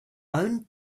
own